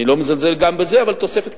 אני לא מזלזל גם בזה, אבל תוספת קטנה.